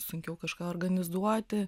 sunkiau kažką organizuoti